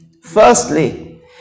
Firstly